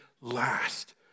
last